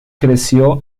creció